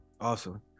Awesome